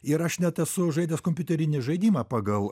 ir aš net esu žaidęs kompiuterinį žaidimą pagal